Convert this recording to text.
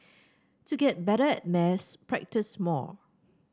to get better at maths practise more